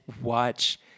watch